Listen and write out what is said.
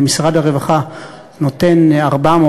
ומשרד הרווחה נותן 400,